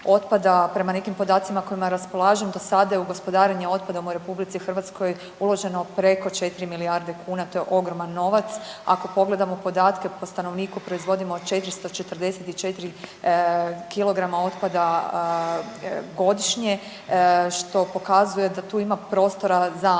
Prema nekim podacima kojima raspolažem do sada je u gospodarenje otpada u RH uloženo preko 4 milijarde kuna. To je ogroman novac. Ako pogledamo podatke po stanovniku proizvodnjom od 444 kilograma otpada godišnje, što pokazuje da tu ima prostora za